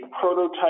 prototype